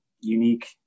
unique